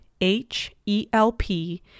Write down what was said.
H-E-L-P